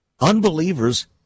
Unbelievers